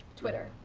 twitter.